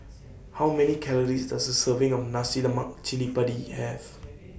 How Many Calories Does A Serving of Nasi Lemak Cili Padi Have